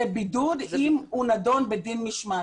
זה בידוד, אם הוא נדון בדין משמעתי.